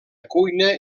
cuina